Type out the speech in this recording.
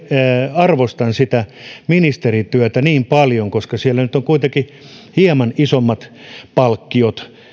arvostan sitä ministerin työtä niin paljon ja siellä nyt on kuitenkin hieman isommat palkkiot